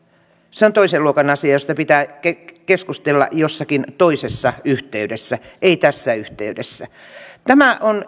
se on toisen luokan asia josta pitää keskustella jossakin toisessa yhteydessä ei tässä yhteydessä tämä on